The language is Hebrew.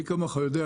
מי כמוך יודע,